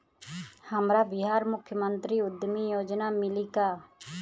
हमरा बिहार मुख्यमंत्री उद्यमी योजना मिली का?